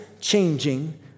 changing